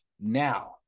Now